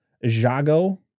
Jago